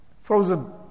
frozen